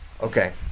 Okay